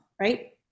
right